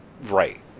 Right